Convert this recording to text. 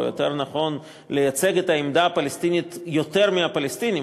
או יותר נכון לייצג את העמדה הפלסטינית יותר מהפלסטינים,